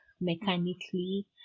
mechanically